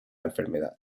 enfermedad